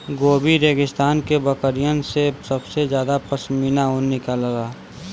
Gobi रेगिस्तान के बकरिन से सबसे जादा पश्मीना ऊन निकलला